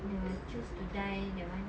the choose to die that one